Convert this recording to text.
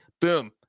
boom